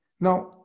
Now